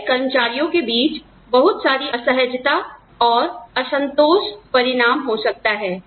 यह कर्मचारियों के बीच बहुत सारी असहजता और असंतोष परिणाम हो सकता है